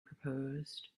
proposed